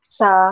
sa